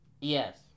Yes